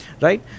Right